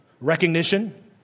recognition